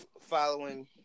following